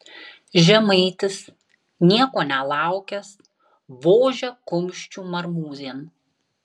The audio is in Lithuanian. žemaitis nieko nelaukęs vožia kumščiu marmūzėn